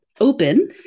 open